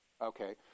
Okay